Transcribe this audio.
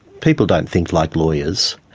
people don't think like lawyers.